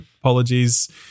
apologies